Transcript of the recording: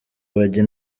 bajya